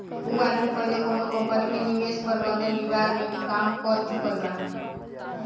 उ आदमी पहिले कौनो कंपनी में निवेश प्रबंधन विभाग में भी काम कर चुकल बा